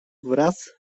wraz